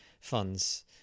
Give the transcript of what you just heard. funds